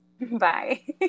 Bye